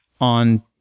on